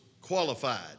Qualified